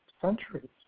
centuries